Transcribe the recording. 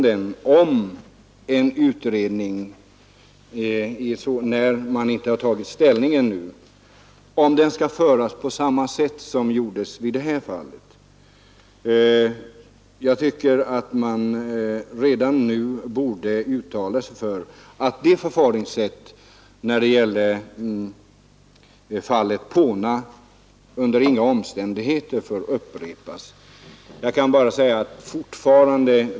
Skall då utredningen, när man ännu inte har tagit ställning i den förra frågan, föras på samma sätt? Jag tycker att man redan nu borde uttala att förfaringssättet när det gällde M/S Poona under inga omständigheter får upprepas.